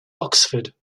oxford